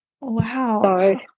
wow